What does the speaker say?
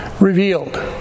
revealed